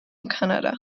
canada